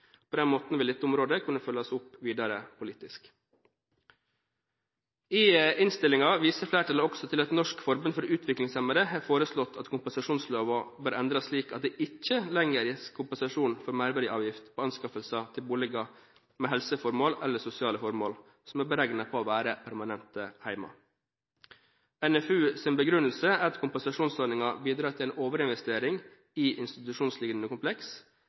På den måten vil dette området kunne følges opp videre politisk. I innstillingen viser flertallet til at Norsk Forbund for Utviklingshemmede har foreslått at kompensasjonsloven bør endres slik at det ikke lenger gis kompensasjon for merverdiavgift på anskaffelser til boliger med helseformål eller sosiale formål som er beregnet på å være permanente hjem. NFUs begrunnelse er at kompensasjonsordningen bidrar til en overinvestering i institusjonslignende kompleks,